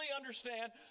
understand